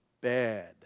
bad